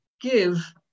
Give